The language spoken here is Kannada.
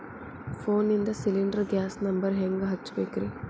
ಫೋನಿಂದ ಸಿಲಿಂಡರ್ ಗ್ಯಾಸ್ ನಂಬರ್ ಹೆಂಗ್ ಹಚ್ಚ ಬೇಕ್ರಿ?